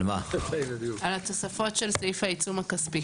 על התוספות של סעיף העיצום הכספי.